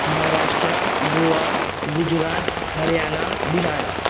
Maharashtra Goa Gujarat Haryana Bihar